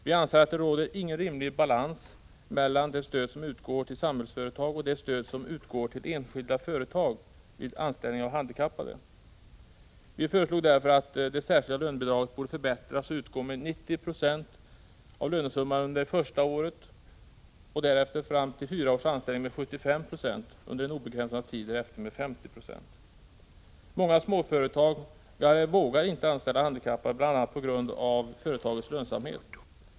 Vi anser att det inte råder en rimlig balans mellan det stöd som utgår till Samhällsföretag och det stöd som utgår till enskilda företag vid anställning av handikappade. Vi föreslog därför att det särskilda lönebidraget skulle förbättras och utgå med 90 96 av lönesumman under det första året och därefter med 75 2 fram till fyra års anställning. Under en obegränsad tid därefter skulle lönebidrag utgå med 50 96 av lönesumman. Många småföretag vågar inte anställa handikappade, bl.a. med hänsyn till företagets lönsamhet.